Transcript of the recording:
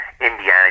indiana